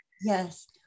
yes